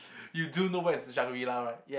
you do know where is Shangri-La right